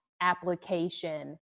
application